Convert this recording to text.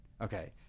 Okay